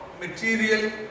material